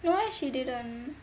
no eh she didn't